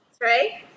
Three